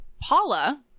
Paula